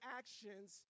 actions